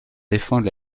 défendre